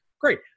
great